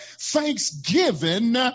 thanksgiving